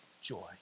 joy